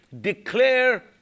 declare